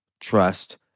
trust